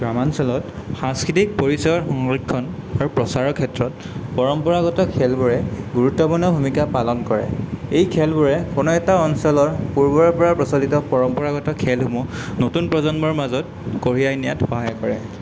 গ্ৰাম্যাঞ্চলত সাংস্কৃতিক পৰিচয় সংৰক্ষণ আৰু প্ৰচাৰৰ ক্ষেত্ৰত পৰম্পৰাগত খেলবোৰে গুৰুত্বপূৰ্ণ ভূমিকা পালন কৰে এই খেলবোৰে কোনো এটা অঞ্চলৰ পূৰ্বৰে পৰা প্ৰচলিত পৰম্পৰাগত খেলসমূহ নতুন প্ৰজন্মৰ মাজত কঢ়িয়াই নিয়াত সহায় কৰে